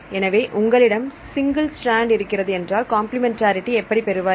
எனவே உங்களிடம் single strand இருக்கிறது என்றால் கம்பிளிமெண்டரி எப்படி பெறுவாய்